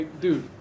dude